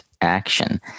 action